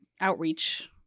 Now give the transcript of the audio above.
outreach